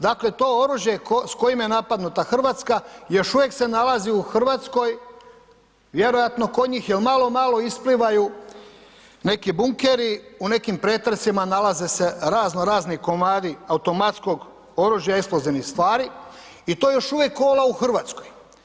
Dakle to oružje s kojim je napadnuta Hrvatska još uvijek se nalazi u Hrvatskoj, vjerojatno kod njih jer malo malo isplivaju neki bunkeri u nekim pretresima nalaze se razno razni komadi automatskog oružja i eksplozivnih stvari i to još uvijek kola u Hrvatskoj.